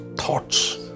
thoughts